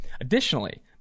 Additionally